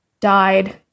died